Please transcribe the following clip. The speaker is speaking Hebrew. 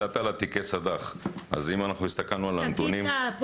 קצת על תיקי סחיטת דמי חסות, ראשי תיבות סד"ח.